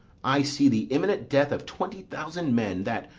i see the imminent death of twenty thousand men that,